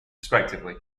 respectively